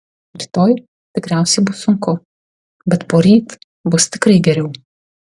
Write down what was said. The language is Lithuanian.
rytoj tikriausiai bus sunku bet poryt bus tikrai geriau